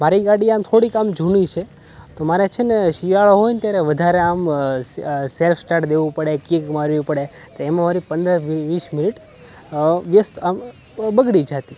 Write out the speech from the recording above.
મારી ગાડી આમ થોડીક આમ જૂની છે તો મારે છે ને શિયાળો હોય ને ત્યારે વધારે આમ સેલ્ફ સ્ટાર્ટ દેવું પડે કીક મારવી પડે તો એમાં મારી પંદર વીસ મિનિટ વ્યસ્ત આમ બગડી જતી